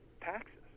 taxes